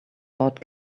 bought